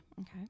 Okay